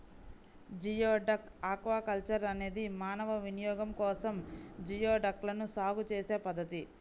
geoduck aquaculture అనేది మానవ వినియోగం కోసం జియోడక్లను సాగు చేసే పద్ధతి